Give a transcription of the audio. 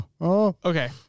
Okay